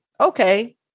okay